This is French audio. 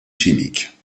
chimiques